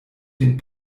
den